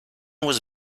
was